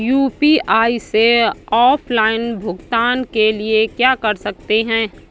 UPI से offline भुगतान के लिए क्या कर सकते हैं?